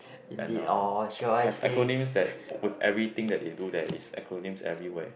and uh has acronyms that with everything that you do there is acronyms everywhere